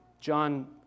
John